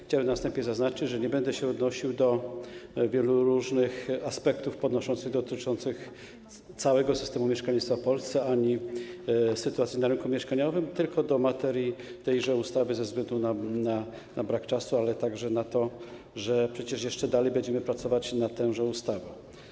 Chciałem na wstępie zaznaczyć, że nie będę się odnosił do wielu różnych aspektów dotyczących całego systemu mieszkalnictwa w Polsce ani sytuacji na rynku mieszkaniowym, tylko do materii tejże ustawy, ze względu na brak czasu, ale także na to, że przecież jeszcze dalej będziemy pracować na tą ustawą.